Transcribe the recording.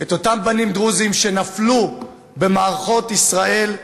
את אותם בנים דרוזים שנפלו במערכות ישראל.